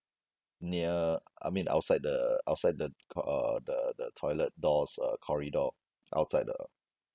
near I mean outside the outside the co~ uh the the toilet doors uh corridor outside the